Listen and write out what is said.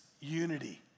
unity